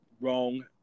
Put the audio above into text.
Wrong